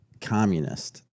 communist